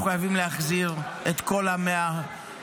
אנחנו חייבים להחזיר את כל 100 החטופים